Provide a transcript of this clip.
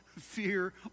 fear